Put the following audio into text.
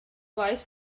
wife